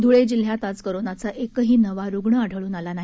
धूळे जिल्ह्यात आज कोरोनाचा एकही नवा रुग्ण आढळून आला नाही